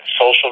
social